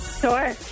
Sure